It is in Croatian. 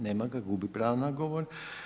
Nema ga – gubi pravo na govor.